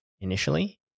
initially